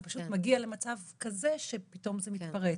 זה פשוט מגיע למצב כזה שפתאום זה מתפרץ.